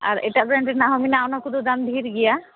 ᱟᱨ ᱮᱴᱟᱜ ᱵᱮᱨᱮᱱᱰ ᱨᱮᱱᱟᱜ ᱦᱚᱸ ᱢᱮᱱᱟᱜᱼᱟ ᱚᱱᱟ ᱠᱚᱫᱚ ᱫᱟᱢ ᱰᱷᱮᱨ ᱜᱮᱭᱟ